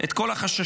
את כל החששות,